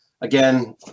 again